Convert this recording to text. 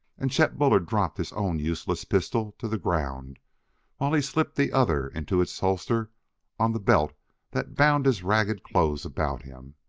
and chet bullard dropped his own useless pistol to the ground while he slipped the other into its holster on the belt that bound his ragged clothes about him,